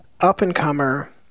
up-and-comer